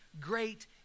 great